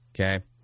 Okay